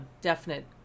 definite